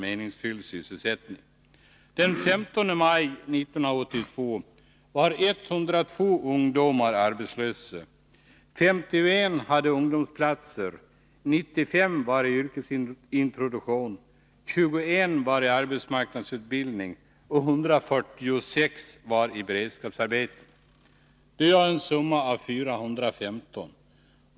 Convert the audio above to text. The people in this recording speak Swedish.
51 ungdomar under 20 år hade ungdomsplatser, 95 var i yrkesintroduktion, 21 var i arbetsmarknadsutbildning och 146 var i beredskapsarbete. Det gör en summa av 415.